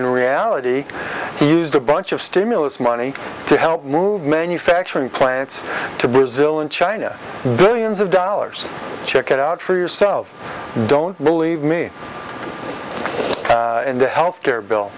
in reality he used a bunch of stimulus money to help move manufacturing plants to brazil and china billions of dollars check it out for yourself don't believe me in the health care bill